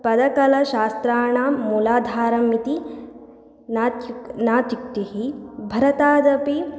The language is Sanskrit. पदकलाशास्त्राणां मूलाधारम् इति नात्यु नात्युक्तिः भरतादपि